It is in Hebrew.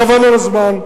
חבל על הזמן.